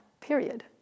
period